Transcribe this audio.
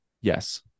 Yes